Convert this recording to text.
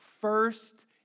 first